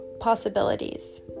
possibilities